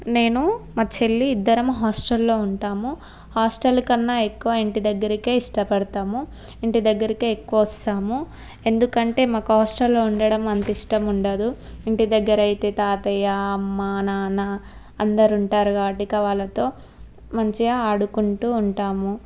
నేను మా చెల్లి ఇద్దరం హాస్టల్లో ఉంటాము హాస్టల్ కన్నా ఎక్కువ ఇంటి దగ్గరికే ఇష్టపడతాము ఇంటి దగ్గరికే ఎక్కువ వస్తాము ఎందుకంటే మాకు హాస్టల్లో ఉండడం అంత ఇష్టం ఉండదు ఇంటి దగ్గర అయితే తాతయ్య అమ్మ నాన్న అందరు ఉంటారు కాబట్టి ఇంక వాళ్ళతో మంచిగా ఆడుకుంటూ ఉంటాము